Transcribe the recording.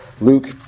Luke